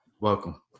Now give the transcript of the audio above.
welcome